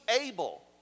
able